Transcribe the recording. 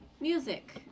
music